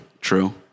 True